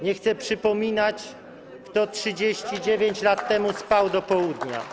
Nie chcę przypominać, kto 39 lat temu spał do południa.